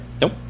Nope